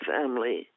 family